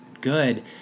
good